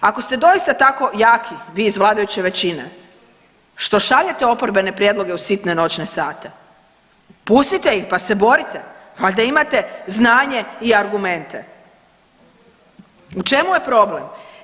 Ako ste doista tako jaki vi iz vladajuće većine što šaljete oporbene prijedloge u sitne noćne sate, pustite ih, pa se borite, valjda imate znanje i argumente, u čemu je problem?